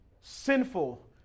sinful